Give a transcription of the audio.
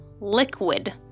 liquid